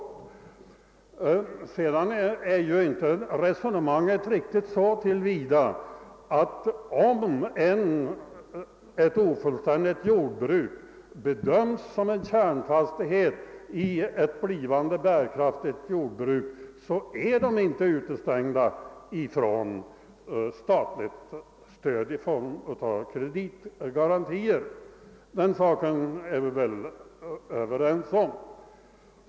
Inte heller i övrigt stämmer resonemanget, eftersom ett ofullständigt jordbruk vilket bedöms som en kärnfastighet i ett blivande bärkraftigt jordbruk inte är utestängt från ett statligt stöd i form av kreditgarantier. Den saken är vi väl överens om.